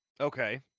Okay